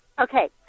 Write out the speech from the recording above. Okay